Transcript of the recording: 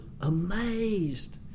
amazed